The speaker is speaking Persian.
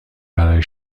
برای